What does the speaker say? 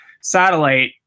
satellite